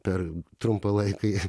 per trumpą laiką jie